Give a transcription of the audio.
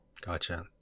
Gotcha